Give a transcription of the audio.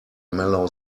mellow